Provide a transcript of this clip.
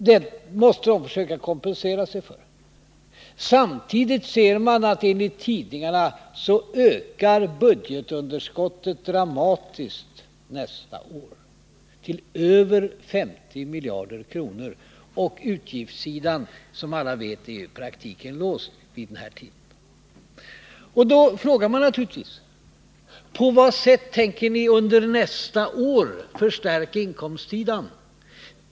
Detta måste regeringen försöka kompensera sig för. Samtidigt kan man läsa i tidningarna att budgetunderskottet kommer att öka dramatiskt nästa år. Det rör sig om över 50 miljarder kronor. Och utgiftssidan är som alla vet i praktiken låst vid den här tiden. Då frågar man naturligtvis: På vilket sätt tänker ni under nästa år förstärka inkomstsidan?